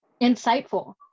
insightful